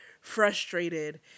frustrated